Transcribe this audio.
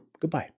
goodbye